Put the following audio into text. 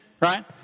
right